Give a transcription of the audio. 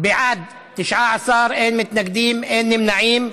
בעד, 19, אין מתנגדים, אין נמנעים.